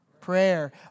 prayer